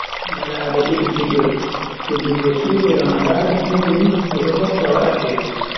Nyalande eid fitr, to julbe suumi ramadana timmini bedo mofta wada seyo.